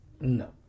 No